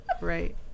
Right